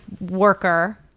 worker